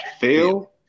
Phil